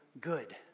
Good